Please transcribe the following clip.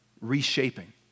reshaping